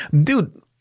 dude